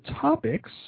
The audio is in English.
topics